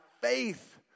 faith